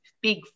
big